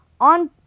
On